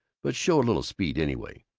but show a little speed, anyway